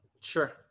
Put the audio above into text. Sure